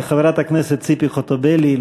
חברת הכנסת ציפי חוטובלי,